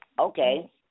Okay